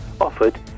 offered